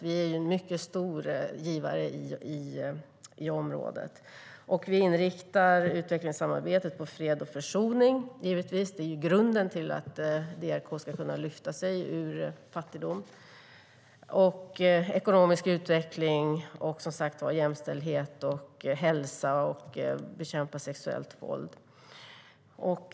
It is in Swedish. Vi är en mycket stor givare i området. Vi inriktar utvecklingssamarbetet på fred och försoning - det är grunden för att DRK ska kunna lyfta sig ur fattigdom - liksom ekonomisk utveckling, jämställdhet, hälsa och att bekämpa sexuellt våld.